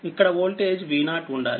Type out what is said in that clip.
ఇక్కడ voltage V0 చూడాలి